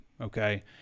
okay